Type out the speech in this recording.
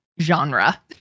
genre